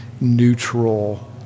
neutral